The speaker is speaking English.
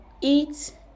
eat